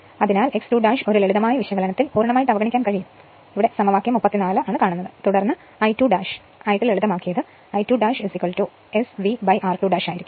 അതിനാൽ x 2 ഒരു ലളിതമായ വിശകലനത്തിൽ പൂർണ്ണമായും അവഗണിക്കാം അതിനാൽ സമവാക്യം 34 തുടർന്ന് I2 ആയി ലളിതമാക്കിയത് I2 S vr2 ആയിരിക്കും